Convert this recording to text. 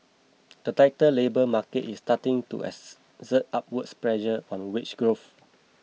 the tighter labour market is starting to exert upward pressure on wage growth